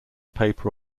paper